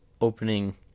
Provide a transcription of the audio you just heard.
opening